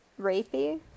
rapey